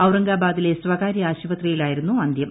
ഔറംഗാബാദിലെ സ്വകാര്യ ആശുപത്രിയിലായിരുന്നു അന്ത്യം